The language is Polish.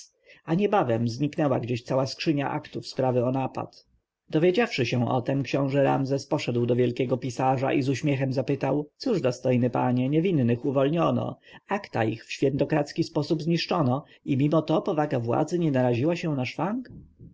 a niebawem znikła gdzieś cała skrzynia aktów sprawy o napad dowiedziawszy się o tem książę ramzes poszedł do wielkiego pisarza i z uśmiechem zapytał cóż dostojny panie niewinnych uwolniono akta ich w świętokradzki sposób zniszczono i mimo to powaga władzy nie naraziła się na szwank